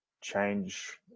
change